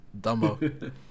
Dumbo